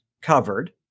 covered